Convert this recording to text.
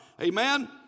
Amen